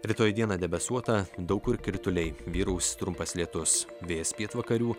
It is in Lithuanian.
rytoj dieną debesuota daug kur krituliai vyraus trumpas lietus vėjas pietvakarių